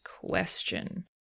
question